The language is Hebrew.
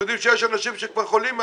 אתם יודעים שיש אנשים שכבר חולים מהצמיגים?